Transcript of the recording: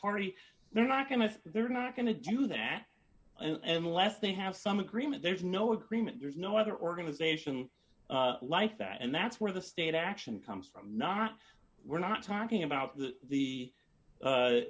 party they're not going to they're not going to do that unless they have some agreement there's no agreement there's no other organization like that and that's where the state action comes from not we're not talking about the